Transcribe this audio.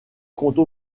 compte